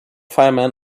firemen